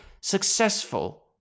successful